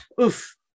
Oof